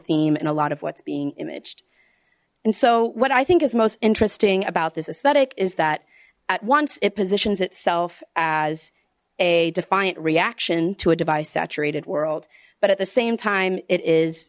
theme and a lot of what's being imaged and so what i think is most interesting about this aesthetic is that at once it positions itself as a defiant reaction to a device saturated world but at the same time it is